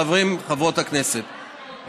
חברי וחברות הכנסת,